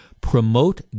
promote